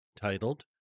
titled